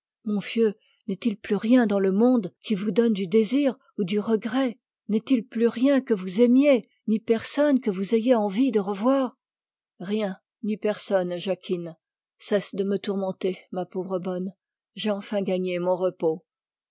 mon fieu n'est-il plus rien dans le monde qui vous donne du désir ou du regret n'est-il plus rien que vous aimiez ni personne que vous ayez envie de revoir rien ni personne jacquine cesse de me tourmenter ma pauvre bonne j'ai enfin gagné mon repos